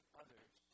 others